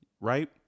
right